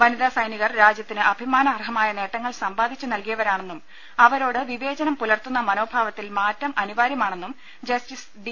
വനിതാ സൈനികർ രാജ്യത്തിന് അഭിമാനാർഹമായ നേട്ടങ്ങൾ സമ്പാദിച്ച് നൽകിയവരാണെന്നും അവരോട് വിവേചനം പുലർത്തുന്ന മനോഭാവത്തിൽ മാറ്റം അനിവാര്യമാണെന്നും ജസ്റ്റിസ് ഡി